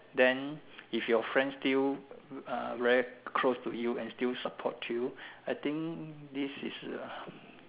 then if your friend still very close to you and still support you I think this is a